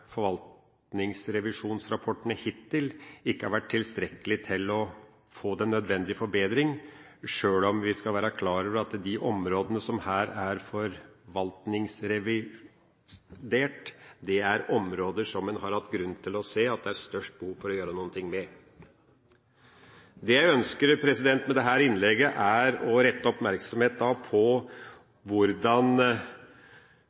forvaltningsrevisjonsrapportene hittil, ikke har vært tilstrekkelig til å få den nødvendige forbedring – sjøl om vi skal være klar over at de områdene som her er forvaltningsrevidert, er områder som en har hatt grunn til å se at det er størst behov for å gjøre noe med. Det jeg ønsker med dette innlegget, er å rette